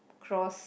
cross